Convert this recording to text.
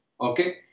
okay